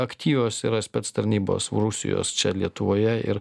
aktyvios yra spec tarnybos rusijos čia lietuvoje ir